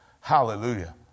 Hallelujah